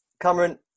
Cameron